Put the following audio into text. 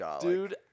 Dude